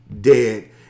dead